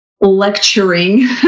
lecturing